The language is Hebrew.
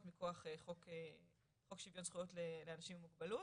מכוח חוק שוויון זכויות לאנשים עם מוגבלות.